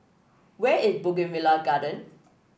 where is Bougainvillea Garden